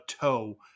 toe